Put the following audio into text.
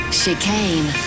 chicane